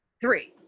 Three